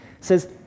says